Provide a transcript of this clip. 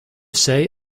say